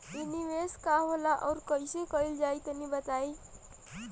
इ निवेस का होला अउर कइसे कइल जाई तनि बताईं?